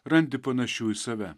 randi panašių į save